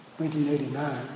1989